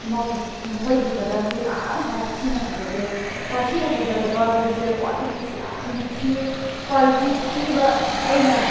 ꯃꯈꯣꯏꯒꯤ ꯄ꯭ꯔꯗꯛꯁꯦ ꯌꯥꯝ ꯁꯥꯊꯤꯅ ꯐꯖꯗꯦ ꯁꯥꯊꯤꯅ ꯐꯖꯗꯕ ꯍꯥꯏꯕꯁꯦ ꯀ꯭ꯋꯥꯂꯤꯇꯤꯁꯨ ꯌꯥꯝ ꯊꯤꯌꯦ ꯀ꯭ꯋꯥꯂꯤꯇꯤ ꯊꯤꯕ ꯑꯩꯅ